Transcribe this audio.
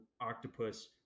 octopus